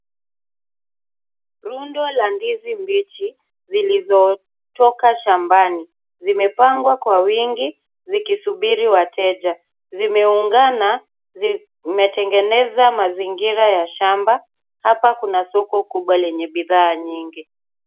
Rundo la ndizi bichi zilizotoka shambani, zimepangwa kwa wingi zikisubiri wateja, zimeungana zimetengeneza mazingira ya shamba hapa kuna soko kubwa lenye bidhaa nyingi.